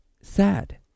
sad